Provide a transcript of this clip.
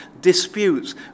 disputes